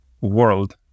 world